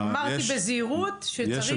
אמרתי בזהירות שצריך טיפול.